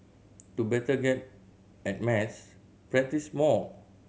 to better get at math practise more